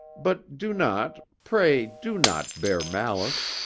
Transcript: but do not pray do not bear malice.